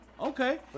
Okay